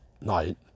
night